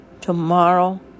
tomorrow